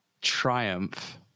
Triumph